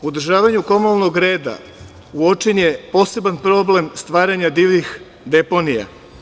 U održavanju komunalnog reda uočen je poseban problem stvaranja divljih deponija.